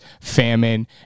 famine